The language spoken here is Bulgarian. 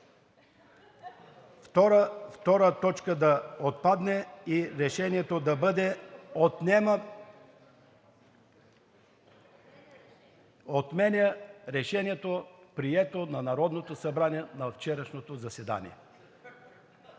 точка втора да отпадне и решението да бъде: „Отменя решението, прието от Народното събрание на вчерашното заседание.“